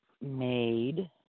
made